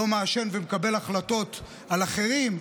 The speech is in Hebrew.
הוא לא מעשן ומקבל החלטות על אחרים,